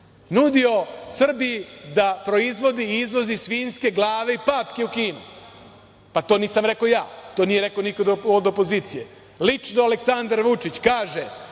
nudio Srbiji da proizvodi i izvozi svinjske glave i papke u Kinu. Pa, to nisam rekao ja, to nije rekao niko od opozicije, lično Aleksandar Vučić kaže,